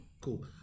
Cool